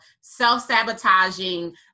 self-sabotaging